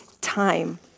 time